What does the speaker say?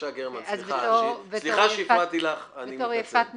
בתור יפת נפש,